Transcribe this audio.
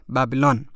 Babylon